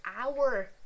hour